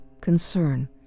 concern